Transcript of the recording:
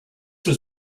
was